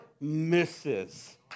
misses